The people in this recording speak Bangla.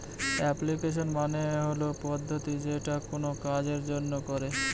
অ্যাপ্লিকেশন মানে হল পদ্ধতি যেটা কোনো কাজের জন্য করে